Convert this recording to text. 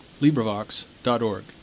LibriVox.org